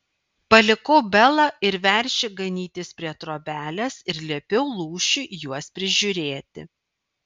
palikau belą ir veršį ganytis prie trobelės ir liepiau lūšiui juos prižiūrėti